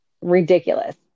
ridiculous